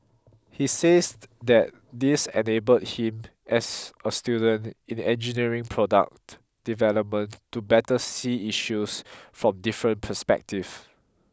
he says that this enabled him as a student in engineering product development to better see issues from different perspective